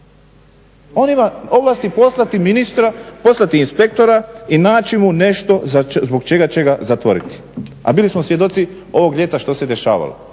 On ima ovlasti poslati inspektora i naći mu nešto zbog čega će ga zatvoriti, a bili smo svjedoci ovog ljeta što se dešavalo.